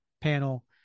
panel